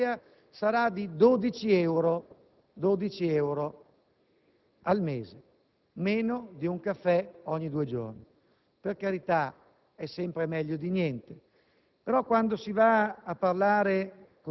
e l'aumento, sempre per questa piccola platea, sarà di 12 euro al mese: meno di un caffè ogni due giorni. Per carità, è sempre meglio di niente;